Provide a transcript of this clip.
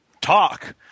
talk